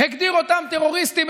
הגדיר אותם טרוריסטים,